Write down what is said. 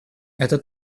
это